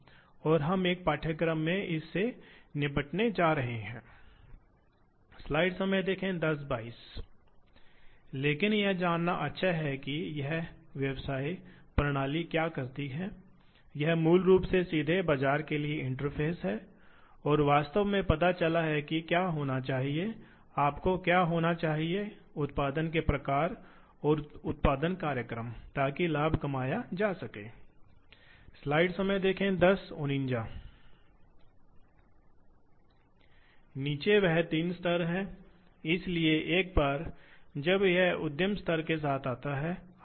तो हम servomotor drive DC drive stepper motor या AC ड्राइव को नियोजित करते हैं बहुत बड़ी मशीनों के लिए आपके पास हाइड्रोलिक ड्राइव भी हो सकते हैं लेकिन आम तौर पर हम DC और AC ड्राइव को नियोजित करते हैं बहुत छोटी चीजों के लिए स्टेपर ड्राइव का उपयोग किया जाता है लेकिन वे आम तौर पर इसके नहीं होते हैं उच्च रेटिंग इसलिए आमतौर पर डीसी और एसी ड्राइव का उपयोग किया जाता है ज्यादातर डीसी ड्राइव डीसी और बीएलडीसी ड्राइव ब्रशलेस डीसी इसलिए हम ड्राइव पर हमारे पाठों में कुछ और विस्तार से इन ड्राइवों को विस्तार से देखेंगे